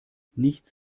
nichts